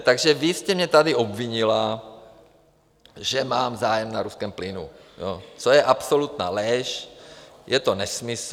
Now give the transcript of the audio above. Takže vy jste mě tady obvinila, že mám zájem na ruském plynu, což je absolutní lež, je to nesmysl.